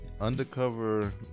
Undercover